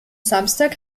samstag